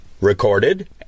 recorded